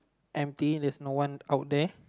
empty there's no one out there